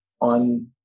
on